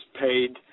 paid